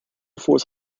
force